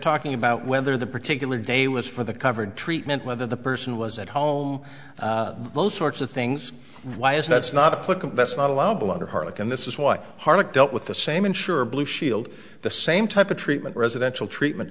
talking about whether the particular day was for the covered treatment whether the person was at home those sorts of things why is that is not a put that's not allowable under harlock and this is what harlock dealt with the same insurer blue shield the same type of treatment residential treatment